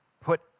put